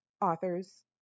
authors